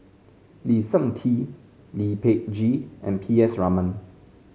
Lee Seng Tee Lee Peh Gee and P S Raman